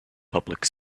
public